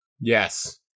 Yes